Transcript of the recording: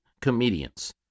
comedians